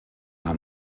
are